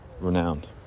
renowned